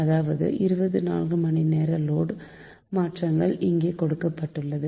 அதாவது 24 மணிநேர லோடு மாற்றங்கள் இங்கே கொடுக்கப்பட்டுள்ளது